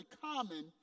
common